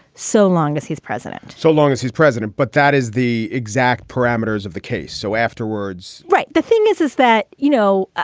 so long as he's president, so long as he's president but that is the exact parameters of the case. so afterwards right. the thing is, is that, you know,